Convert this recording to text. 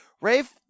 Rafe